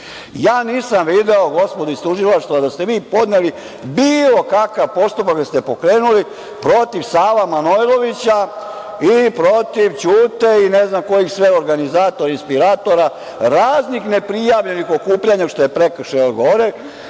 Ja nisam video, gospodo iz Tužilaštva, da ste vi podneli bilo kakav postupak, da ste pokrenuli protiv Sava Manojlovića i protiv Ćute i ne znam kojih sve organizatora, inspiratora, raznih neprijavljenih okupljanja, što je prekršaj, pri